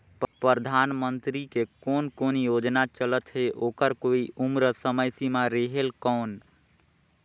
परधानमंतरी के कोन कोन योजना चलत हे ओकर कोई उम्र समय सीमा रेहेल कौन?